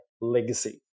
legacy